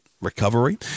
recovery